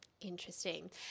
interesting